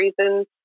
reasons